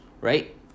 right